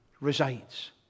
resides